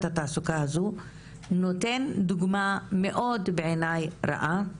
התעסוקה הזו נותן דוגמא שהיא בעיני מאוד מאוד רעה,